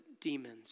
demons